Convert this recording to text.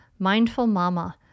mindfulmama